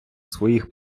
своїх